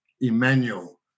Emmanuel